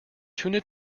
tuna